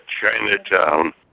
Chinatown